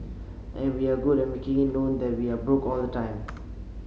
and we're good at making it known that we are broke all the time